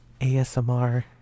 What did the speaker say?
ASMR